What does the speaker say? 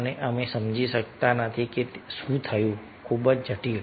અને અમે સમજી શકતા નથી કે શું થયું ખૂબ જ જટિલ